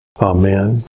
Amen